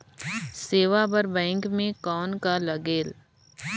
सेवा बर बैंक मे कौन का लगेल?